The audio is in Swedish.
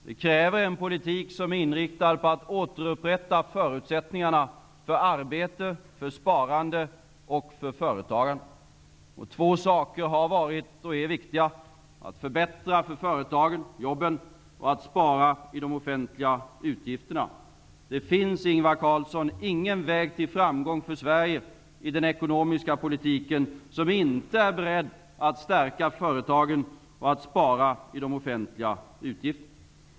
Det kräver en politik som är inriktad på att återupprätta förutsättningarna för arbete, sparande och företagande. Två saker har varit och är viktiga: att förbättra för företagen -- för jobben -- och att spara i de offentliga utgifterna. Det finns, Ingvar Carlsson, ingen väg till framgång för Sverige i den ekonomiska politiken om man inte är beredd att stärka företagen och spara i de offentliga utgifterna.